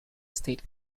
estate